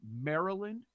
Maryland